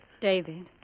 David